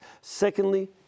Secondly